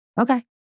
Okay